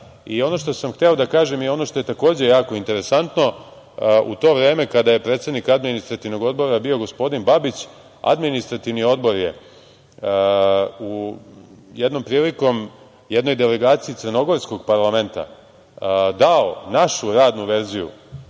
i ono što sam hteo da kažem i ono što je takođe jako interesantno u to vreme kada je predsednik Administrativnog odbora bio gospodin Babić, Administrativni odbor je jednom prilikom, jednoj delegaciji crnogorskog parlamenta dao našu radnu verziju,